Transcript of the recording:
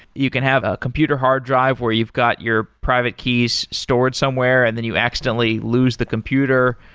you can have a computer hard drive where you've got your private keys stored somewhere and then you accidentally lose the computer.